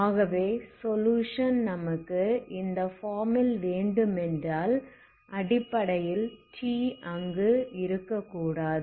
ஆகவே சொலுயுஷன் நமக்கு இந்த ஃபார்ம் ல் வேண்டும் என்றால் அடிப்படையில் t அங்கு இருக்கக்கூடாது